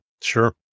Sure